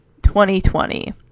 2020